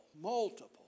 multiple